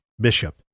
Bishop